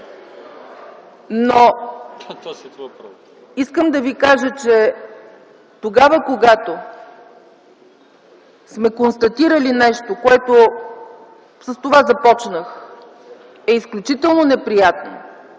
Искам да ви кажа, че тогава, когато сме констатирали нещо, което – с това започнах – е изключително неприятно